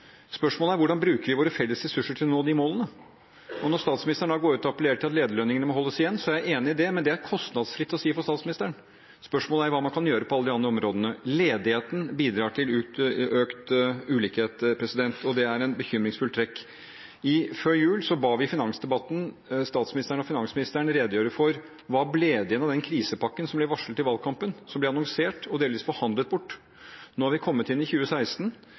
Spørsmålet er hvordan vi bruker våre felles ressurser til å nå de målene. Når statsministeren går ut og appellerer til at lederlønningene må holdes igjen, er jeg enig i det, men det er det kostnadsfritt å si for statsministeren. Spørsmålet er hva man kan gjøre på alle de andre områdene. Ledigheten bidrar til økt ulikhet, og det er et bekymringsfullt trekk. Før jul ba vi i finansdebatten statsministeren og finansministeren redegjøre for hva det ble igjen av krisepakken som ble varslet i valgkampen, og som ble annonsert og delvis forhandlet bort. Nå har vi kommet inn i 2016,